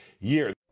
year